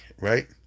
right